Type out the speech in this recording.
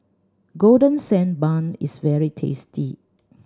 Golden Sand Bun is very tasty